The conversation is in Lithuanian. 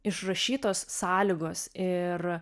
išrašytos sąlygos ir